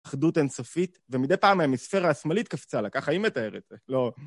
אחדות אינספית, ומדי פעם ההמיספירה השמאלית קפצה לה, ככה היא מתארת, לא...